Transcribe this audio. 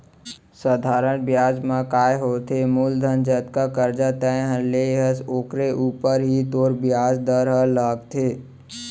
सधारन बियाज म काय होथे मूलधन जतका करजा तैंहर ले हस ओकरे ऊपर ही तोर बियाज दर ह लागथे